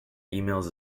emails